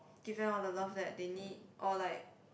give them all the love that they need or like